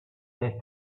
they